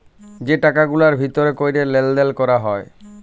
যে টাকা গুলার ভিতর ক্যরে লেলদেল ক্যরা হ্যয়